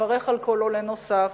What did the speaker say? ונברך על כל עולה נוסף,